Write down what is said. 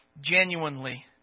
genuinely